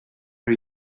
are